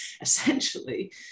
essentially